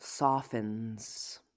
Softens